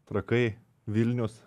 trakai vilnius